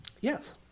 Yes